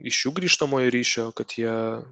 iš jų grįžtamojo ryšio kad jie